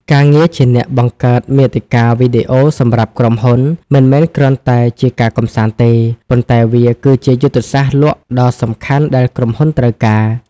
ការងារជាអ្នកបង្កើតមាតិកាវីដេអូសម្រាប់ក្រុមហ៊ុន មិនមែនគ្រាន់តែជាការកម្សាន្តទេ ប៉ុន្តែវាគឺជាយុទ្ធសាស្ត្រលក់ដ៏សំខាន់ដែលក្រុមហ៊ុនត្រូវការ។